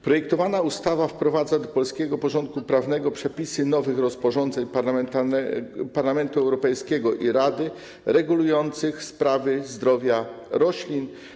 Projektowana ustawa wprowadza do polskiego porządku prawnego przepisy nowych rozporządzeń Parlamentu Europejskiego i Rady regulujących sprawy zdrowia roślin.